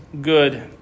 good